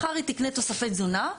מחר היא תקנה תוספי תזונה,